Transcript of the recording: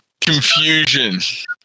Confusion